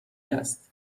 است